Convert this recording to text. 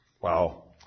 Wow